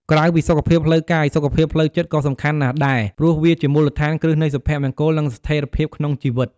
ក្រៅពីសុខភាពកាយ សុខភាពផ្លូវចិត្តក៏សំខាន់ណាស់ដែរ ព្រោះវាជាមូលដ្ឋានគ្រឹះនៃសុភមង្គល និងស្ថិរភាពក្នុងជីវិត។